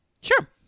Sure